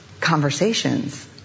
conversations